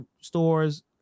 stores